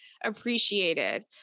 appreciated